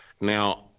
Now